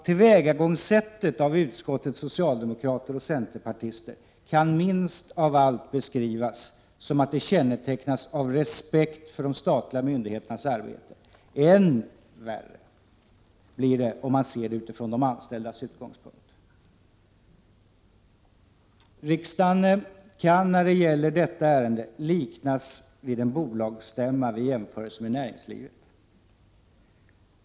Tillvägagångssättet av utskottets socialdemokrater och centerpartister kan minst av allt beskrivas som att det kännetecknas av respekt för de statliga myndigheternas arbete. Än värre blir det om man ser det utifrån de anställdas utgångspunkt. Riksdagen kan när det gäller detta ärende liknas vid en bolagsstämma i jämförelse med näringslivet.